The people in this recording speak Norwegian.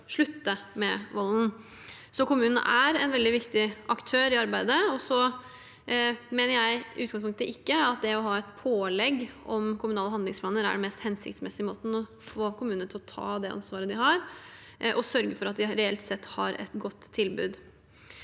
slutte med volden. Kommunen er en svært viktig aktør i arbeidet. Så mener jeg i utgangspunktet ikke at det å ha et pålegg om kommunale handlingsplaner er det mest hensiktsmessige for å få kommunene til å ta det ansvaret de har, og sørge for at de reelt sett har et godt tilbud.